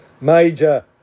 major